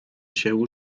się